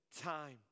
time